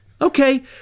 okay